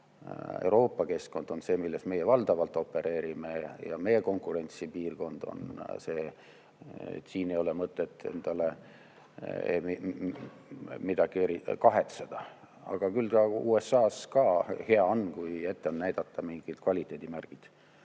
Euroopa on see, milles meie valdavalt opereerime, meie konkurentsipiirkond on see. Siin ei ole mõtet midagi kahetseda. Aga küll praegu USA-s ka hea on, kui ette on näidata mingeid kvaliteedimärgid